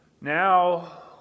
Now